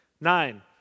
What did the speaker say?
Nine